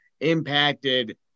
impacted